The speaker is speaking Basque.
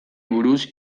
buruz